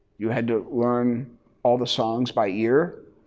you had to learn all the songs by ear.